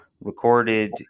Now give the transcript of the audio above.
recorded